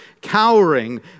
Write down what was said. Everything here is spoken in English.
cowering